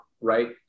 right